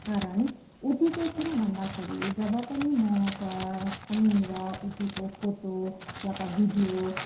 कारण उटी चाहिँ किन भन्दाखेरि जब पनि म क कहीँनिर उटीको फोटो या त भिडियो